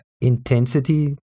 intensity